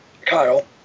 Kyle